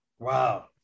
Wow